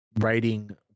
writing